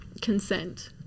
consent